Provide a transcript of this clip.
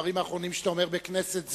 הדברים האחרונים שאתה אומר בכנסת זו,